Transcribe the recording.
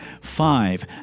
Five